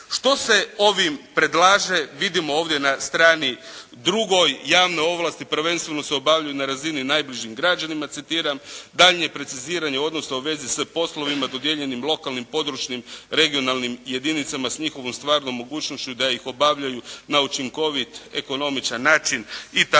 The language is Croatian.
Što se ovim predlaže vidimo ovdje na strani drugoj. Javne ovlasti prvenstveno se obavljaju na razini najbližim građanima citiram, daljnje preciziranje odnosno u vezi s poslovima dodijeljenim lokalnim, područnim, regionalnim jedinicama s njihovom stvarnom mogućnošću da ih obavljaju na učinkovit, ekonomičan način itd.